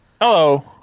Hello